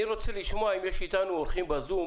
אני רוצה לשמוע אם יש איתנו אורחים בזום,